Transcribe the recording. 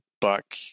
Buck